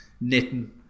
knitting